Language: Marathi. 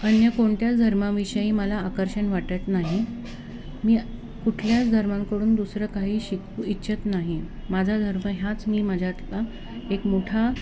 अन्य कोणत्याच धर्मामिषयी मला आकर्षण वाटत नाही मी कुठल्याच धर्मांकडून दुसरं काहीही शिकू इच्छित नाही माझा धर्म ह्याच मी माझ्यातला एक मोठा